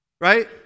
Right